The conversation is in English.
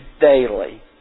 daily